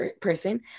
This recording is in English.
person